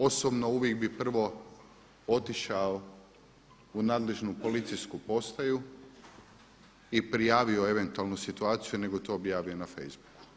Osobno uvijek bih prvo otišao u nadležnu policijsku postaju i prijavio eventualnu situaciju nego to objavio na Facebooku.